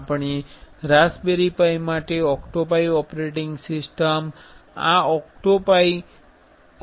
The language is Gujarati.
આપણે રાસબેરિ પાઇ માટે ઓક્ટોપાઇ ઓપરેટિંગ સિસ્ટમ આ OctoPrint